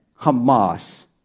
Hamas